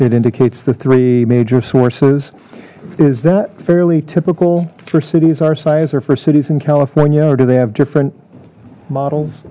it indicates the three major sources is that fairly typical for cities our size or for cities in california or do they have different models